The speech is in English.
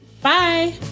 Bye